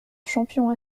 champion